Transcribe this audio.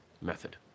method